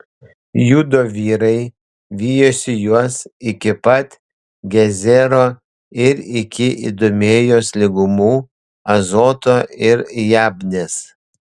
judo vyrai vijosi juos iki pat gezero ir iki idumėjos lygumų azoto ir jabnės